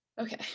Okay